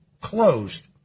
closed